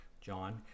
John